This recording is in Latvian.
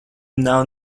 nav